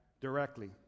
directly